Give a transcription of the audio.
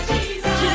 Jesus